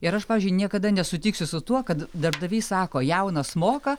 ir aš pavyzdžiui niekada nesutiksiu su tuo kad darbdavys sako jaunas moka